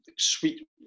sweet